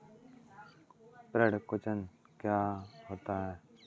पर्ण कुंचन क्या होता है?